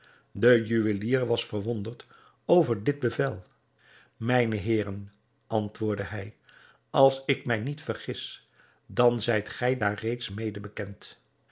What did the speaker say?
de juwelier was verwonderd over dit bevel mijne heeren antwoordde hij als ik mij niet vergis dan zijt gij daar reeds mede bekend